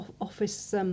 office